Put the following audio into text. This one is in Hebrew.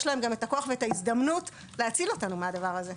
יש להם יותר כוח והזדמנות להציל אותנו מהדבר הזה.